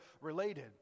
related